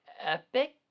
Epic